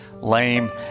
lame